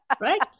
right